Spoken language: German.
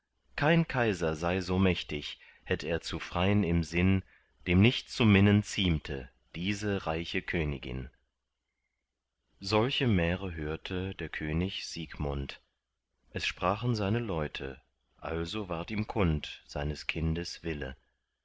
kein kaiser sei so mächtig hätt er zu frein im sinn dem nicht zu minnen ziemte diese reiche königin solche märe hörte der könig siegmund es sprachen seine leute also ward ihm kund seines kindes wille